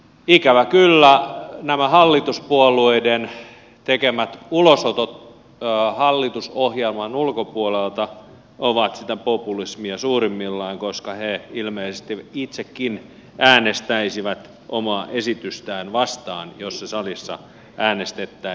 ikävä kyllä nämä hallituspuolueiden edustajien tekemät ulosotot hallitusohjelman ulkopuolelta ovat sitä populismia suurimmillaan koska he ilmeisesti itsekin äänestäisivät omaa esitystään vastaan jos siitä salissa äänestettäisiin